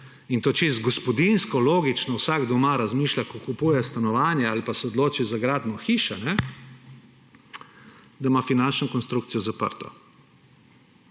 in to čisto gospodinjsko, logično vsak doma razmišlja, ko kupuje stanovanje ali pa se odloči za gradnjo hiše, da ima finančno konstrukcijo zaprto.